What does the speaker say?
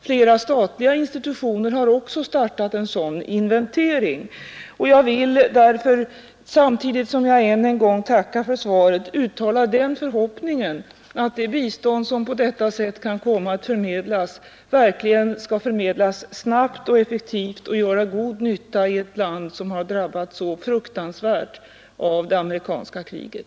Flera statliga institutioner har också startat en sådan inventering. Jag vill därför, samtidigt som jag än en gång tackar för svaret, uttala den förhoppningen att det bistånd som på detta sätt kan komma att förmedlas verkligen skall förmedlas snabbt och effektivt och göra god nytta i ett land som har drabbats så fruktansvärt av det amerikanska kriget.